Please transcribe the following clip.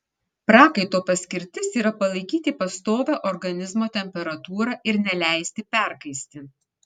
prakaito paskirtis yra palaikyti pastovią organizmo temperatūrą ir neleisti perkaisti